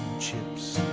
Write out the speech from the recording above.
chips.